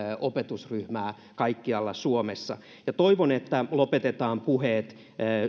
opetusryhmää kaikkialla suomessa ja toivon että lopetetaan puheet